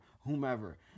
whomever